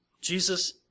Jesus